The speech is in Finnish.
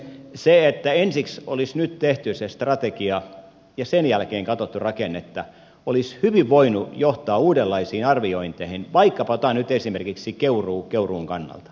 se että ensiksi olisi nyt tehty se strategia ja sen jälkeen katsottu rakennetta olisi hyvin voinut johtaa uudenlaisiin arviointeihin vaikkapa otan nyt esimerkiksi keuruun keuruun kannalta